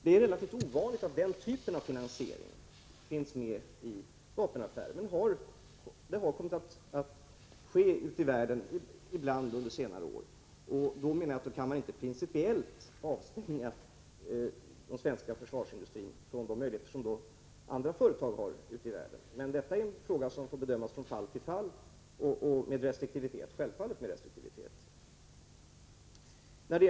Det är relativt ovanligt med den typen av finansiering i vapenaffärer, men det har förekommit ute i världen ibland under senare år. Man kan, menar jag, inte principiellt avstänga den svenska försvarsindustrin från de möjligheter som andra företag ute i världen har. Men det är en fråga som får bedömas från fall till fall — självfallet med restriktivitet.